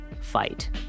fight